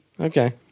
Okay